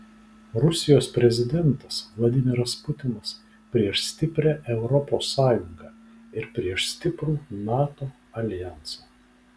rusijos prezidentas vladimiras putinas prieš stiprią europos sąjungą ir prieš stiprų nato aljansą